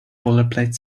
boilerplate